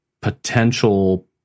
potential